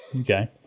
okay